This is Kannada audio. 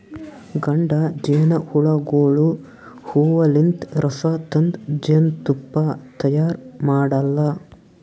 ಗಂಡ ಜೇನಹುಳಗೋಳು ಹೂವಲಿಂತ್ ರಸ ತಂದ್ ಜೇನ್ತುಪ್ಪಾ ತೈಯಾರ್ ಮಾಡಲ್ಲಾ